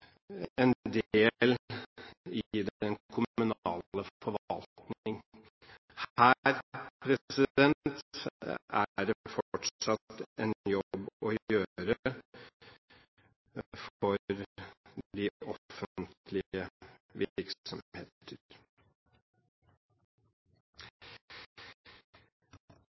en del i den kommunale forvaltning. Her er det fortsatt en jobb å gjøre for de offentlige